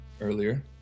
earlier